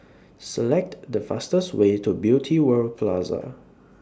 Select The fastest Way to Beauty World Plaza